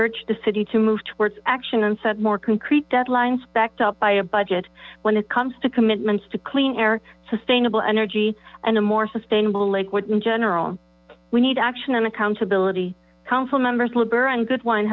urge the city to move towards action and set more concrete deadlines backed up by a budget when it comes to commitments to clean air sustainable energy and a more sustainable liquid in general we need action an accountability council members labure and goodwin